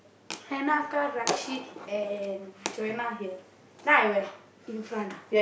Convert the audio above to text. Hannah and Joanna here then I where in front ah